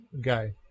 guy